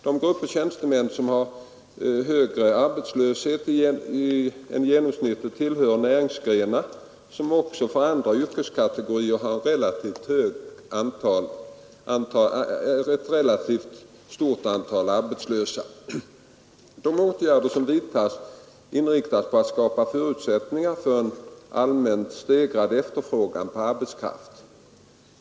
De grupper tjänstemän som har högre arbetslöshet än genomsnittligt tillhör näringsgrenar som också för andra yrkeskategorier har ett relativt stort antal arbetslösa. De åtgärder som vidtas inriktas på att skapa förutsättningar för en allmänt stegrad efterfrågan på arbetskraft.